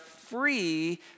free